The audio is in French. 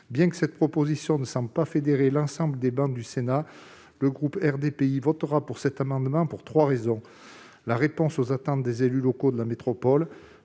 Bien que cette proposition ne semble pas fédérer l'ensemble des travées du Sénat, le groupe RDPI votera en faveur de cet amendement pour trois raisons : la réponse aux attentes des élus locaux de la métropole